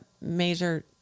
major